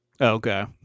Okay